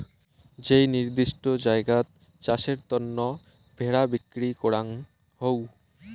যেই নির্দিষ্ট জায়গাত চাষের তন্ন ভেড়া বিক্রি করাঙ হউ